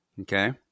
Okay